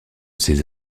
ces